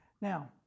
Now